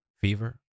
Fever